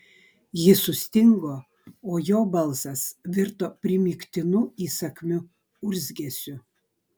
ji sustingo o jo balsas virto primygtinu įsakmiu urzgesiu